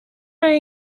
roi